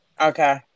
Okay